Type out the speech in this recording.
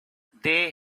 they